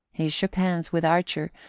he shook hands with archer,